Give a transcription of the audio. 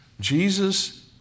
Jesus